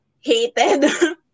hated